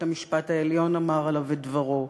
בית-המשפט העליון אמר עליו את דברו,